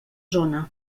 zona